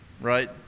Right